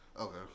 Okay